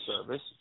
service